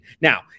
Now